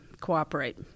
cooperate